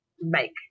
make